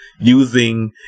using